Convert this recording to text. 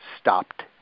stopped